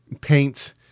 paint